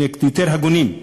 שנהיה יותר הגונים.